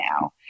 now